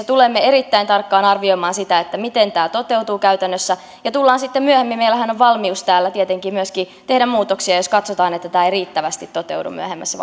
tulemme erittäin tarkkaan arvioimaan sitä miten tämä toteutuu käytännössä ja meillähän on valmius täällä tietenkin myöskin tehdä muutoksia jos katsotaan että tämä ei riittävästi toteudu myöhemmässä